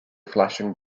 flashing